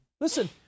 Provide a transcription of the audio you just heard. listen